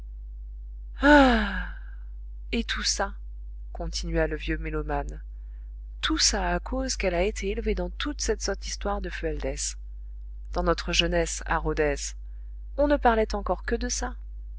et tout ça continua le vieux mélomane tout ça à cause qu'elle a été élevée dans toute cette sotte histoire de fualdès dans notre jeunesse à rodez on ne parlait encore que de ça